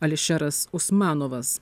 ališeras usmanovas